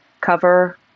cover